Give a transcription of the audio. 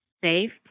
safe